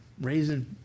raising